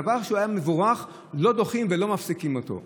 דבר שהיה מבורך לא דוחים ולא מפסיקים אותו.